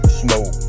smoke